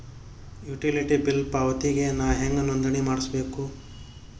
Utility bill ಪಾವತಿಗೆ ನಾ ಹೆಂಗ್ ನೋಂದಣಿ ಮಾಡ್ಸಬೇಕು?